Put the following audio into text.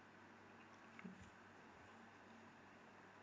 mm